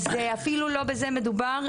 אז זה אפילו לא בזה מדובר,